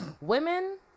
Women